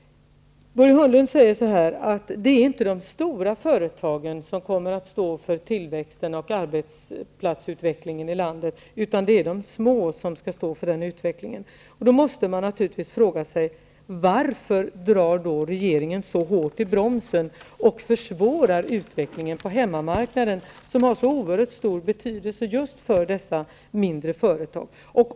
Börje Hörnlund säger att det inte är de stora företagen som kommer att stå för tillväxten och arbetsplatsutvecklingen i landet utan de små företagen. Då måste man naturligtvis fråga sig varför regeringen drar så hårt i bromsen och försvårar utvecklingen på hemmamarknaden, som är så oerhört betydelsefull just för dessa mindre företag.